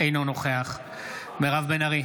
אינו נוכח מירב בן ארי,